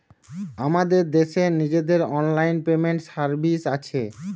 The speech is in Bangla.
আমাদের দেশের নিজেদের অনলাইন পেমেন্ট সার্ভিস আছে